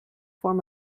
form